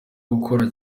gukora